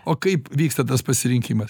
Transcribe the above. o kaip vyksta tas pasirinkimas